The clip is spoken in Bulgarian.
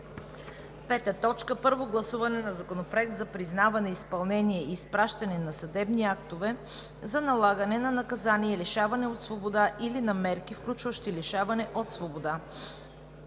2019 г. 5. Първо гласуване на Законопроекта за признаване, изпълнение и изпращане на съдебни актове за налагане на наказание лишаване от свобода или на мерки, включващи лишаване от свобода.